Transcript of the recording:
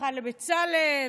אחד לבצלאל.